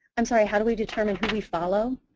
i'm sorry. how do we determine who we follow?